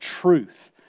truth